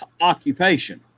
occupation